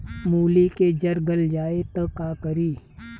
मूली के जर गल जाए त का करी?